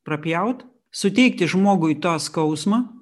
prapjaut suteikti žmogui tą skausmą